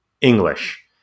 English